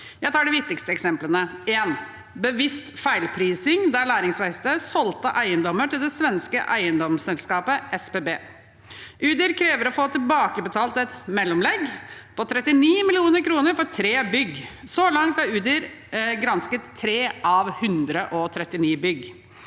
Jeg tar de viktigste eksemplene. 1. Det var bevisst feilprising da Læringsverkstedet solgte eiendommer til det svenske eiendomsselskapet SBB. Udir krever å få tilbakebetalt et mellomlegg på 39 mill. kr for tre bygg. Så langt har Udir gransket 3 av 139 bygg.